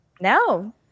No